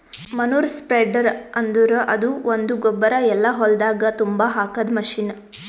manure spreader ಅಂದುರ್ ಅದು ಒಂದು ಗೊಬ್ಬರ ಎಲ್ಲಾ ಹೊಲ್ದಾಗ್ ತುಂಬಾ ಹಾಕದ್ ಮಷೀನ್